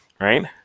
Right